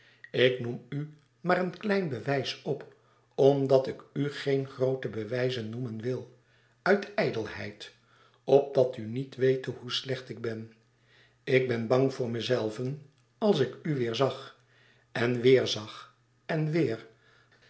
ik noem u maar een klein bewijs op omdat ik u geen groote bewijzen noemen wil uit ijdelheid opdat u niet wete hoe slecht ik ben ik ben bang voor mezelven als ik u weêr zag en weêr zag en weêr